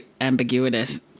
ambiguous